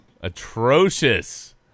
atrocious